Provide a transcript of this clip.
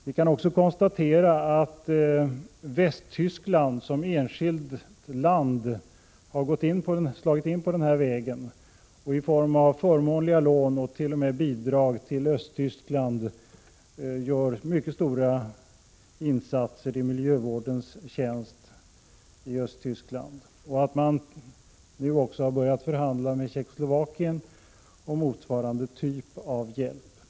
Vi kan också konstatera att Västtyskland som enskilt land har slagit in på den här vägen och i form av förmånliga lån och t.o.m. bidrag till Östtyskland gör mycket stora insatser i miljövårdens tjänst i Östtyskland. Man har nu också börjat förhandla med Tjeckoslovakien om motsvarande typ av hjälp.